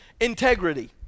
integrity